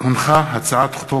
לקריאה שנייה ולקריאה שלישית,